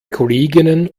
kolleginnen